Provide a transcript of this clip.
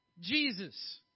Jesus